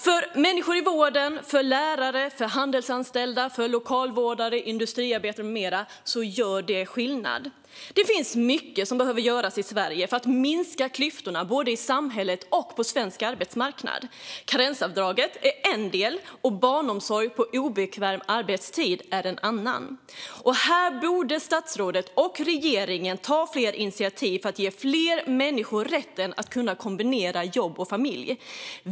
För människor i vården, lärare, handelsanställda, lokalvårdare, industriarbetare med flera gör det här skillnad. Det finns mycket som behöver göras i Sverige för att minska klyftorna både i samhället och på svensk arbetsmarknad. Karensavdraget är en del, och barnomsorg på obekväm arbetstid är en annan. Här borde statsrådet och regeringen ta fler initiativ för att ge fler människor rätten att kunna kombinera jobb och familj.